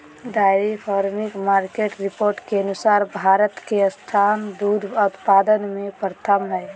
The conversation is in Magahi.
डेयरी फार्मिंग मार्केट रिपोर्ट के अनुसार भारत के स्थान दूध उत्पादन में प्रथम हय